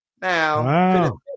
Now